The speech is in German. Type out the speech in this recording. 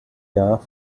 jahr